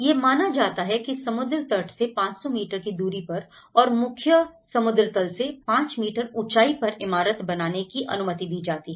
यह माना जाता है के समुद्र तट से 500 मीटर की दूरी पर और मुख्य समुद्र तल से 5 मीटर ऊंचाई पर इमारत बनाने की अनुमति दी जाती है